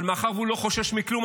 אבל מאחר שהוא לא חושש מכלום,